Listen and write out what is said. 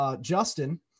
Justin